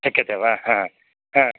शक्यते वा ह ह